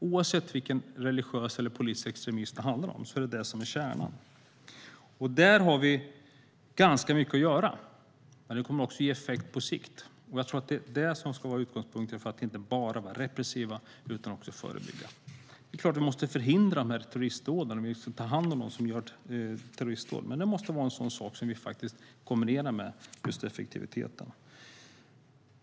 Oavsett vilken religiös eller politisk extremism det handlar om är det det som är kärnan. Där har vi ganska mycket att göra som kommer att ge effekt på sikt. Det bör vara utgångspunkten, att det inte bara ska vara repressiva åtgärder utan också att man måste förebygga. Det är klart att terroristdåden måste förhindras. De som utför sådana dåd ska tas om hand. Men det måste kombineras med just effektivitet.